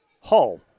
Hull